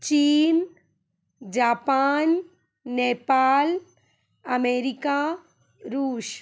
चीन जापान नेपाल अमेरिका रूस